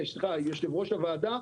יושב-ראש הוועדה,